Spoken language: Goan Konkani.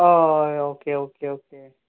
हय ओके ओके ओके